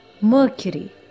mercury